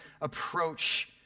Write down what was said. approach